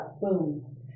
boom